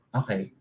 okay